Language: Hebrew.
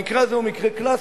המקרה הזה הוא מקרה קלאסי,